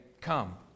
come